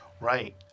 Right